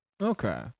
Okay